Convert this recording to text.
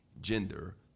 gender